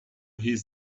his